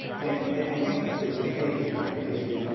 and i think there's a page in american history,